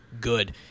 good